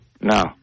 No